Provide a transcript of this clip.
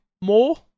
more